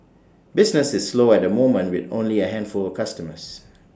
business is slow at the moment with only A handful of customers